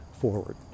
forward